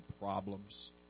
problems